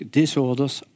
disorders